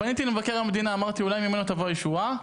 פניתי למבקר המדינה ואמרתי שאולי ממנו תבוא הישועה.